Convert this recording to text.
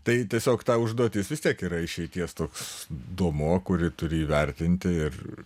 tai tiesiog užduotis vis tiek yra išeities toks domuo kurį turi įvertinti ir